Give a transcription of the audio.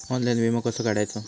Online विमो कसो काढायचो?